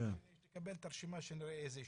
כן, שנקבל את הרשימה ונראה איזה יישובים.